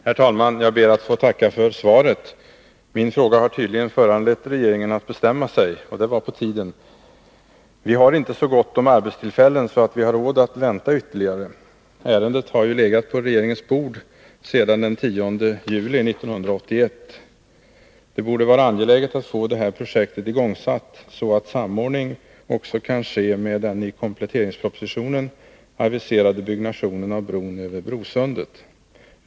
Herr talman! Jag ber att få tacka för svaret på min fråga. Min fråga har tydligen föranlett regeringen att bestämma sig, och det var på tiden. Vi har inte så gott om arbetstillfällen att vi har råd att vänta ytterligare. Ärendet har ju legat på regeringens bord sedan den 10 juli 1981. |; Det borde vara angeläget att få det här projektet igångsatt, så att samordning kan ske med den i kompletteringspropositionen aviserade byggnationen av bron över Brösundet.